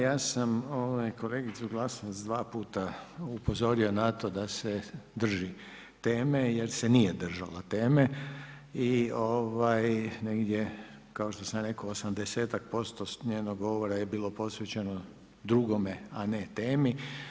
Ja sam kolegicu Glasovac 2 puta upozorio na to da se drži teme jer se nije držala teme i negdje, kao što sam rekao 80ak% s njenog govora je bilo posvećeno drugome, a ne temi.